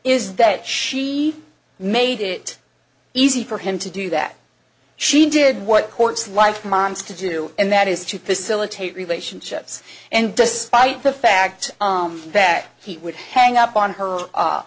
is that she made it easy for him to do that she did what courts life mom's to do and that is to facilitate relationships and despite the fact that he would hang up on her